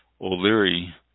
O'Leary